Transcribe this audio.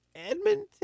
Edmonton